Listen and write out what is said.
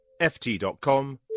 ft.com